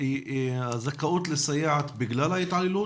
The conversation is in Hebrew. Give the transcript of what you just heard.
הזכאות לסייעת בגלל ההתעללות?